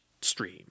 stream